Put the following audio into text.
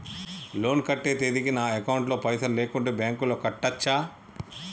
Loan కట్టే తేదీకి నా అకౌంట్ లో పైసలు లేకుంటే బ్యాంకులో కట్టచ్చా?